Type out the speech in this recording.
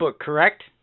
correct